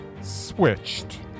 Switched